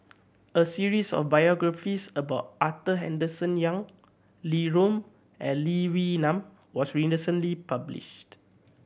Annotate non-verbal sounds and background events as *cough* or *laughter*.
a series of biographies about Arthur Henderson Young Li *unintelligible* and Lee Wee Nam was *unintelligible* published